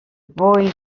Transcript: boy